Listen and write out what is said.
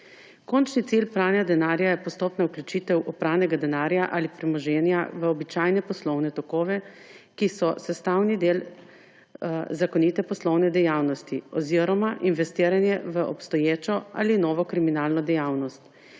Končni cilj pranja denarja je postopna vključitev opranega denarja ali premoženja v običajne poslovne tokove, ki so sestavni del zakonite poslovne dejavnosti oziroma investiranje v obstoječo ali novo kriminalno dejavnost.